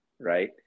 Right